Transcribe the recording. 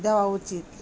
দেওয়া উচিত